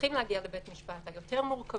שצריכים להגיע לבית משפט, היותר מורכבים,